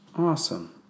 awesome